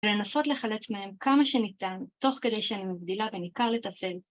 ולנסות לחלץ מהם כמה שניתן, תוך כדי שאני מבדילה בין עיקר לתפל.